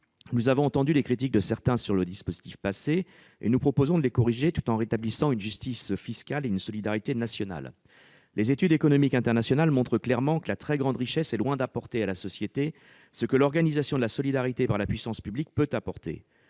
Nous avons entendu les critiques de certains sur le dispositif passé et nous proposons de les corriger, tout en rétablissant une justice fiscale et une solidarité nationale. Les études économiques internationales montrent clairement que la très grande richesse est loin d'apporter à la société ce que l'organisation de la solidarité par la puissance publique est capable